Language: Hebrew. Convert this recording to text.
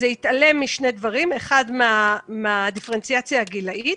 זה התעלם משני דברים: מהדיפרנציאציה הגילאית,